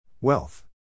Wealth